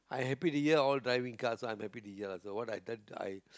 I happy the year all driving cars so I'm happy the year so what I tend I